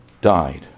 died